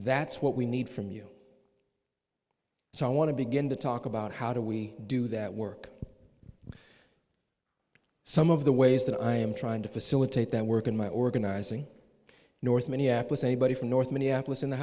that's what we need from you so i want to begin to talk about how do we do that work some of the ways that i am trying to facilitate that work in my organizing north minneapolis anybody from north minneapolis in the